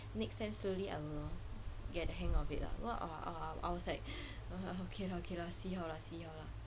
next time slowly I will get the hang of it lah [what] um um I was like uh okay lah okay lah see how lah see how lah